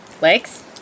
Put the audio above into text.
Legs